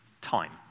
time